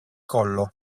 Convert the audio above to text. collo